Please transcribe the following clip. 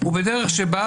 הוא בדרך שבה,